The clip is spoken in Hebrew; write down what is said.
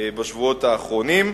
בשבועות האחרונים.